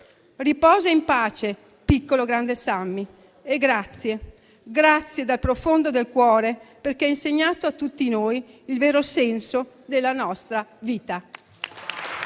Riposa in pace piccolo grande Sammy e grazie dal profondo del cuore perché hai insegnato a tutti noi il vero senso della nostra